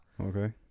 Okay